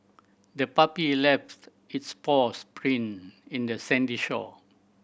the puppy left its paws print in the sandy shore